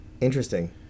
Interesting